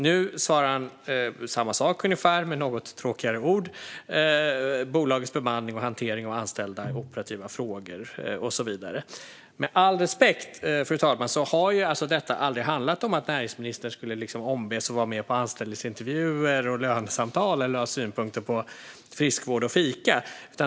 Nu svarar han ungefär samma sak men med något tråkigare ord: "Bolagets bemanning och hantering av anställda är operativa frågor" och så vidare. Fru talman! Med all respekt har detta aldrig handlat om att näringsministern skulle ombes att vara med på anställningsintervjuer och lönesamtal eller ha synpunkter på friskvård och fika.